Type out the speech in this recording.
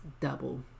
double